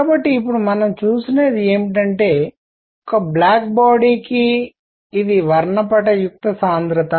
కాబట్టి ఇప్పుడు మనం చూసినది ఏమిటంటే ఒక బ్లాక్ బాడీ కి ఇది వర్ణపటయుక్త సాంద్రత